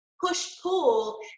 push-pull